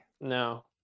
No